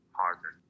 harder